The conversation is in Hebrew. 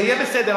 זה יהיה בסדר.